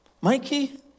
Mikey